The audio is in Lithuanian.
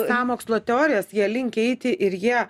sąmokslo teorijas jie linkę eiti ir jie